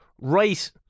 right